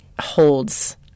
holds